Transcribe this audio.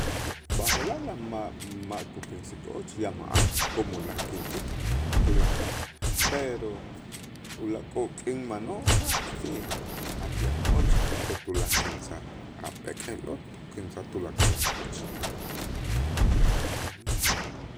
B'aje'laj ya ma'-ma' kukinsik och ya ma'an jo'mul ajkinsik tulakal, pero ulaak'oo' k'in manoo' si jach yan och, pero tulaj kinsaj a' pek'ej lot' tukinsaj tulakal a' och.